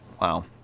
Wow